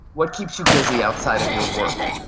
what keeps you busy outside of your work?